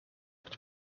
het